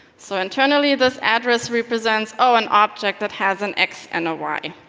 so, internally, this address represents ah an object that has an x and a y.